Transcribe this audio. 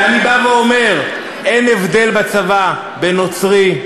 ואני בא ואומר: אין הבדל בצבא בין נוצרי,